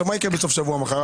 עכשיו מה יקרה בסוף השבוע מחר?